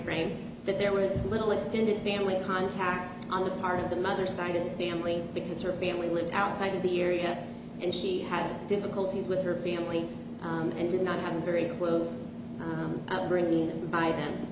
frame that there was little extended family contact on the part of the mother sided family because her family lived outside of the year and she had difficulties with her family and did not have a very close upbringing by them